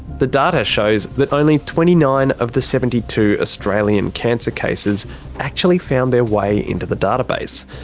the data shows that only twenty nine of the seventy two australian cancer cases actually found their way into the database.